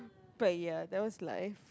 but ya that was life